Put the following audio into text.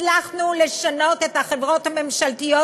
הצלחנו לשנות את מצב החברות הממשלתיות